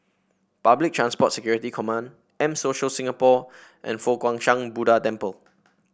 Public Transport Security Command M Social Singapore and Fo Guang Shan Buddha Temple